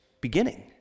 beginning